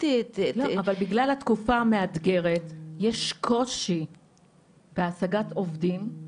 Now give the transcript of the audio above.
אבל בגלל התקופה המאתגרת יש קושי בהשגת עובדים.